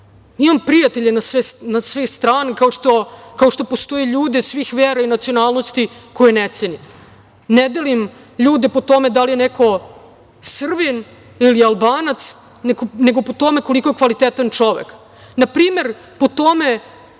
veri. Imam prijatelje na sve strane, kao što postoje ljude svih vera i nacionalnosti koje ne cenim. Ne delim ljude po tome da li je neko Srbin, ili Albanac, nego po tome koliko je kvalitetan čovek. Na primer o tome